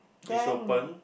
is open